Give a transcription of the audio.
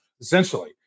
Essentially